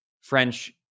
French